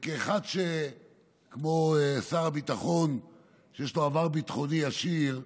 וכאחד שכמו שר הביטחון יש לו עבר ביטחוני עשיר,